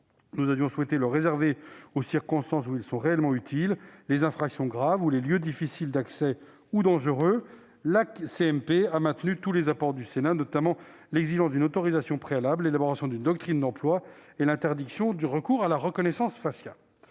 nous avions souhaité le réserver aux circonstances où ils sont réellement utiles, à savoir les infractions graves, les lieux difficiles d'accès ou dangereux. La CMP a maintenu tous les apports du Sénat, notamment l'exigence d'une autorisation préalable, l'élaboration d'une doctrine d'emploi et l'interdiction du recours à la reconnaissance faciale.